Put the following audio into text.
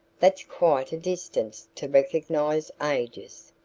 that's quite a distance to recognize ages.